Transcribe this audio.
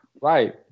Right